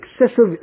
excessive